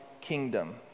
kingdom